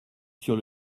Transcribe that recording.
sur